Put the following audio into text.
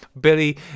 Billy